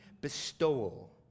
bestowal